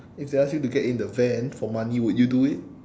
if they ask you get in the van for money would you do it